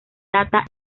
data